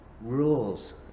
rules